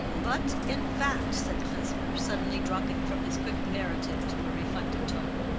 but, in fact, said klesmer, suddenly dropping from his quick narrative to a reflective tone,